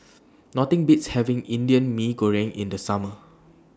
Nothing Beats having Indian Mee Goreng in The Summer